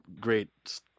great